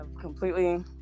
completely